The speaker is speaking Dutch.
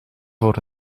voor